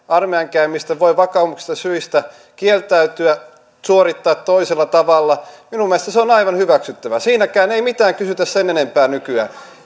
armeijan käymisestä voi vakaumuksellisista syistä kieltäytyä suorittaa toisella tavalla minun mielestäni se on aivan hyväksyttävää siinäkään ei mitään kysytä sen enempää nykyään